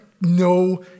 no